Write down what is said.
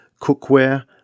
cookware